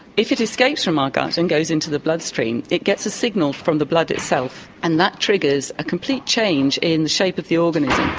if it escapes from our gut and goes into the bloodstream, it gets a signal from the blood itself and that triggers a complete change in the shape of the organism.